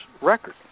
record